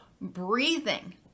breathing